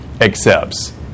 accepts